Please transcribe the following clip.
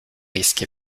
risques